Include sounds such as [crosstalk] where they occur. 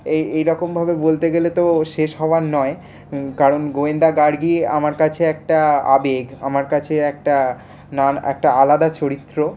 এই এইরকমভাবে বলতে গেলেতো শেষ হবার নয় কারণ গোয়েন্দা গার্গী আমার কাছে একটা আবেগ আমার কাছে একটা [unintelligible] আলাদা চরিত্র